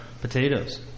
potatoes